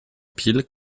piles